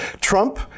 Trump